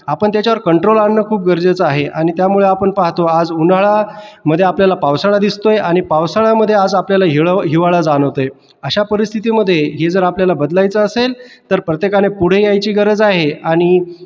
आपण त्याच्यावर कंट्रोल आणणं खूप गरजेचं आहे आणि त्यामुळे आपण पाहतो आज उन्हाळा मध्ये आपल्याला पावसाळा दिसतोय आणि पावसाळ्यामधे आज आपल्याला हिळव हिवाळा जाणवतोय अशा परिस्थितीमध्ये हे जर आपल्याला बदलायचं असेल तर प्रत्येकाने पुढे यायची गरज आहे आणि